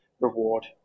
reward